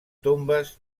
tombes